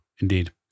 Indeed